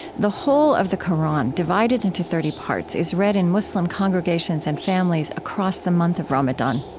the whole of the qur'an divided into thirty parts is read in muslim congregations and families across the month of ramadan.